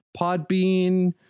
Podbean